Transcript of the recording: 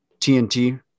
TNT